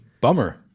Bummer